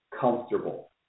comfortable